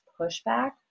pushback